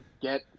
get